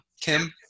Kim